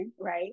right